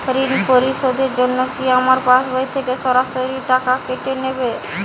ঋণ পরিশোধের জন্য কি আমার পাশবই থেকে সরাসরি টাকা কেটে নেবে?